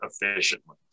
efficiently